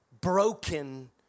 broken